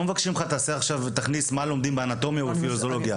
לא מבקשים ממך להכניס את מה שלומדים באנטומיה או בפיזיולוגיה.